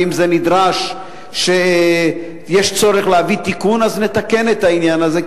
ואם זה נדרש ויש צורך להביא תיקון אז נתקן את העניין הזה,